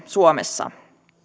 suomessa